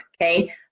okay